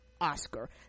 oscar